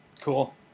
Cool